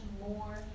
more